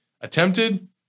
attempted